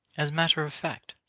as matter of fact,